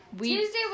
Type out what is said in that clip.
Tuesday